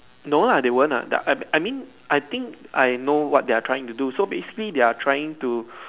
no lah they won't lah they are I mean I think I know what they are trying to do so basically they are trying to